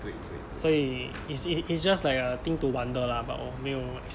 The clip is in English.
所以 is it is just like a thing to wonder lah but 我没有